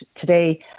today